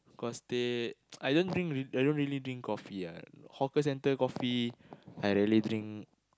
cause teh I don't drink I don't really drink coffee ah hawker-center coffee I rarely drink